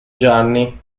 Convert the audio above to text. gianni